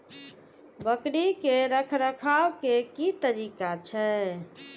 बकरी के रखरखाव के कि तरीका छै?